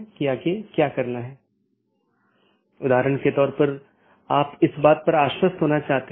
इसलिए यह महत्वपूर्ण है और मुश्किल है क्योंकि प्रत्येक AS के पास पथ मूल्यांकन के अपने स्वयं के मानदंड हैं